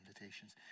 invitations